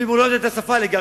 ואם הוא לא יודע את השפה לגרש.